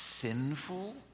sinful